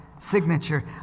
signature